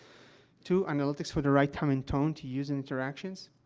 two, and it looks for the right time and tone to use in interactions.